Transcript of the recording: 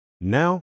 Now